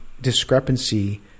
discrepancy